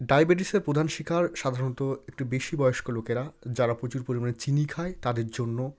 ডায়বেটিসের প্রধান শিকার সাধারণত একটু বেশি বয়স্ক লোকেরা যারা প্রচুর পরিমাণে চিনি খায় তাদের জন্য